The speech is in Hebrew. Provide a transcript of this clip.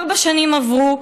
ארבע שנים עברו,